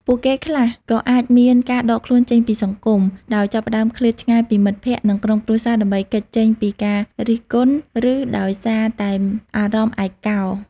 ពួកគេខ្លះក៏អាចមាន ការដកខ្លួនចេញពីសង្គម ដោយចាប់ផ្តើមឃ្លាតឆ្ងាយពីមិត្តភ័ក្តិ និងក្រុមគ្រួសារដើម្បីគេចចេញពីការរិះគន់ ឬដោយសារតែអារម្មណ៍ឯកោ។